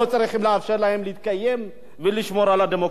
להם להתקיים ולשמור על הדמוקרטיה שלנו.